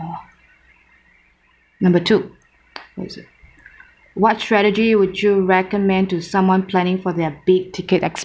number two what is it what strategy would you recommend to someone planning for their big ticket